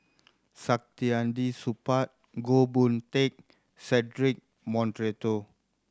Saktiandi Supaat Goh Boon Teck Cedric Monteiro